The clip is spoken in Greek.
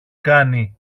κάνει